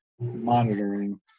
monitoring